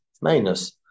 minus